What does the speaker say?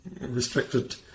restricted